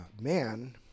Man